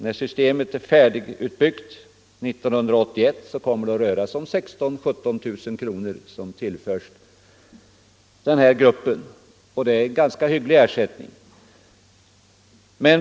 När systemet är färdigutbyggt år 1981 kommer det att röra sig om 16 000-17 000 kronor som tillförs var och en i denna grupp, och det är en ganska hygglig ersättning.